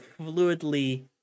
fluidly